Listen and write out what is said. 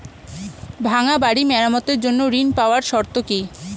ভাঙ্গা বাড়ি মেরামতের জন্য ঋণ পাওয়ার শর্ত কি?